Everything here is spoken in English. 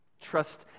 Trust